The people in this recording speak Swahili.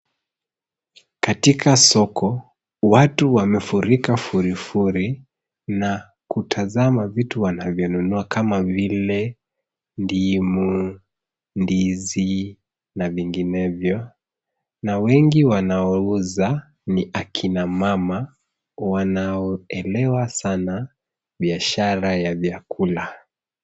Katika soko watu wamefurika furifuri na kutazama vitu wanavyonunua kama vile ndimu, ndizi na vinginevyo na wengi wanaouza ni akina mama wanaoelewa sana biashara ya vyakula.